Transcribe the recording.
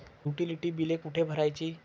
Utility बिले कुठे भरायची?